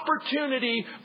opportunity